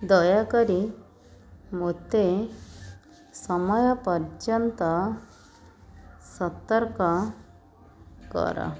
ଦୟାକରି ମୋତେ ସମୟ ପର୍ଯ୍ୟନ୍ତ ସତର୍କ କର